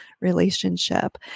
relationship